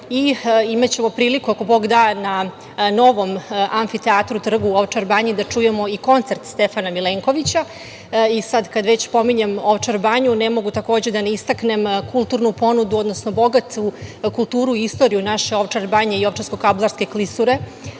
i imaćemo priliku, ako Bog da, da na novom amfiteatru, trgu u Ovčar banji da čujemo i koncert Stefana Milenkovića i sada kada već pominjem Ovčar banju ne mogu takođe da ne istaknem kulturnu ponudu, odnosno bogatu kulturu i istoriju naše Ovčar banje i Ovčarsko-kablarske klisure